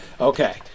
okay